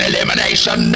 Elimination